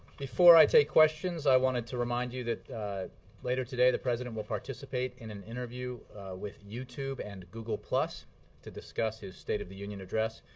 before i take questions i wanted to remind you that later today the president will participate in an interview with youtube and google to discuss his state of the union address.